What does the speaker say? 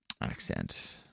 accent